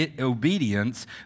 obedience